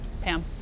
Pam